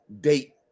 date